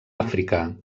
àfrica